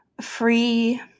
free